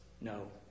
no